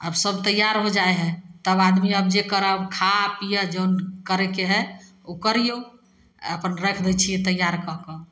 आब सब तैयार हो जाइ हइ तब आदमी आब जे करै खा पिअऽ जौन करैके हइ ओ करिऔ आओर अपन राखि दै छिए तैआर कऽ कऽ